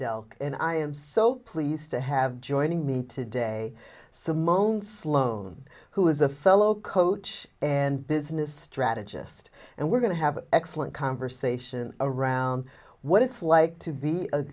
bell and i am so pleased to have joining me today simone sloan who is a fellow coach and business strategist and we're going to have an excellent conversation around what it's like to be